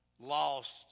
lost